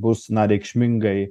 bus na reikšmingai